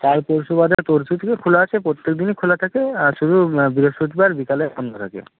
কাল পরশু বাদে তরশু থেকে খোলা আছে প্রত্যেক দিনই খোলা থাকে আর শুধু বৃহস্পতিবার বিকালে বন্ধ থাকে